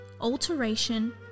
alteration